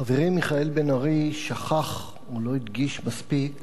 חברי מיכאל בן-ארי לא הדגיש מספיק,